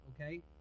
okay